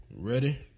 Ready